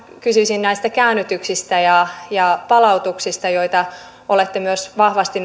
kysyisin näistä käännytyksistä ja ja palautuksista joita olette vahvasti